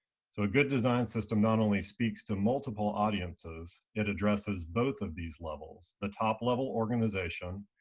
so a good design system not only speaks to multiple audiences, it addresses both of these levels, the top level organization,